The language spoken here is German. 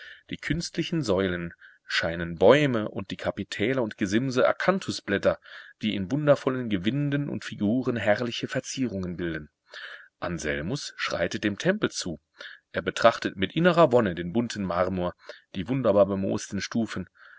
die künstlichen säulen scheinen bäume und die kapitäler und gesimse akanthusblätter die in wundervollen gewinden und figuren herrliche verzierungen bilden anselmus schreitet dem tempel zu er betrachtet mit innerer wonne den bunten marmor die wunderbar bemoosten stufen